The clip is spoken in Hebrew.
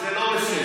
זה לא בסדר.